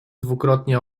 dwukrotnie